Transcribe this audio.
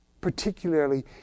particularly